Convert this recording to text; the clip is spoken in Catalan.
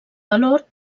valor